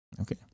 Okay